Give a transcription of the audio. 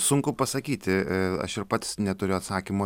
sunku pasakyti aš ir pats neturiu atsakymo